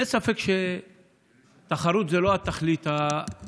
אין ספק שתחרות זו לא התכלית האופטימלית.